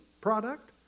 product